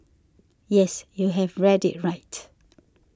yes you have read it right